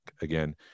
again